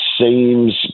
seems